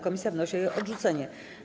Komisja wnosi o jej odrzucenie.